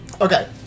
Okay